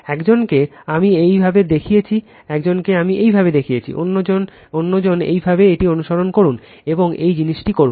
একজনকে আমি একইভাবে দেখিয়েছি একজনকে আমি একইভাবে দেখিয়েছি অন্যজন একইভাবে এটি অনুসরণ করুন এবং একই জিনিসটি করুন